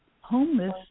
homeless